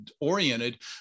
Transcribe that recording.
oriented